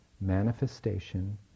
manifestation